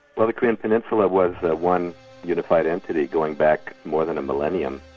well the korean peninsula was one unified entity, going back more than a millennium.